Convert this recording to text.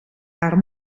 haar